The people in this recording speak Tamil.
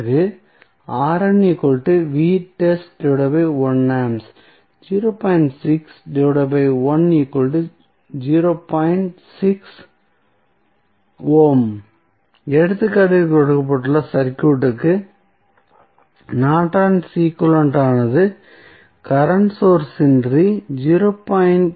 பிறகு எடுத்துக்காட்டில் கொடுக்கப்பட்டுள்ள சர்க்யூட்க்கு நார்டன் ஈக்வலன்ட் ஆனது கரண்ட் சோர்ஸ் இன்றி 0